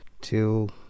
till